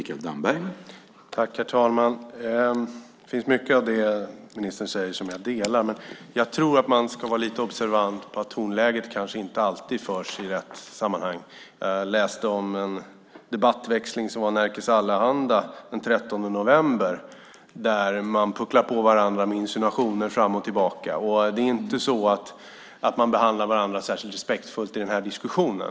Herr talman! Jag instämmer i mycket av det som ministern säger. Jag tror dock att man ska vara lite observant på att tonläget kanske inte alltid är det bästa. Jag läste en debattväxling i Nerikes Allehanda den 13 november där man pucklar på varandra med insinuationer fram och tillbaka. Man behandlar inte varandra särskilt respektfullt i denna diskussion.